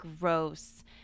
gross